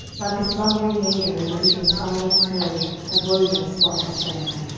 like a slumbering maiden over whom the silent snow had woven a spotless veil.